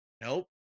Nope